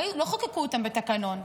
לא חוקקו אותם בתקנון,